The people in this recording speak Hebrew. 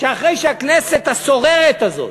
שאחרי שהכנסת הסוררת הזאת,